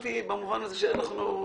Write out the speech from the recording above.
אני מבין את מה שאת אומרת.